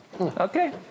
Okay